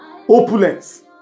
opulence